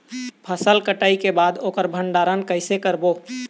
फसल कटाई के बाद ओकर भंडारण कइसे करबो?